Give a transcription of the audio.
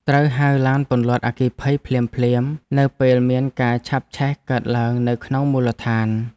ត្រូវហៅឡានពន្លត់អគ្គិភ័យភ្លាមៗនៅពេលមានការឆាបឆេះកើតឡើងនៅក្នុងមូលដ្ឋាន។